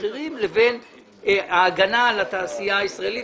המחירים לבין ההגנה על התעשייה הישראלית.